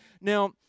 Now